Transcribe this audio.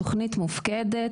התכנית מופקדת,